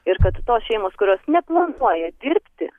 ir kad tos šeimos kurios neplanuoja dirbti